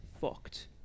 fucked